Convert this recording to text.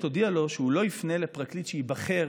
הודיע לו שהוא לא יפנה לפרקליט שייבחר,